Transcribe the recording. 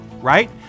right